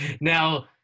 Now